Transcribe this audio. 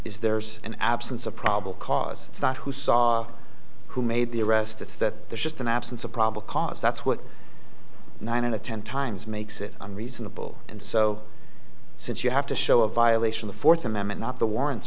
is there's an absence of probable cause it's not who saw who made the arrest it's that there's just an absence of probable cause that's what nine of the ten times makes it i'm reasonable and so since you have to show a violation the fourth amendment not the warrants